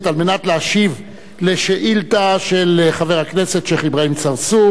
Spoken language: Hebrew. כדי להשיב על שאילתא של חבר הכנסת שיח' אברהים צרצור